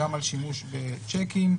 גם על שימוש בצ'קים.